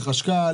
זה חשכ"ל,